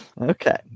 Okay